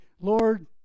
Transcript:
Lord